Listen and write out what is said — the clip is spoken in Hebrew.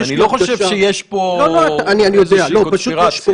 אני לא חושב שיש פה איזושהי קונספירציה.